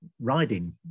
riding